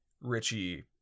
Richie